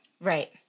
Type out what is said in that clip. Right